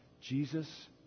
Jesus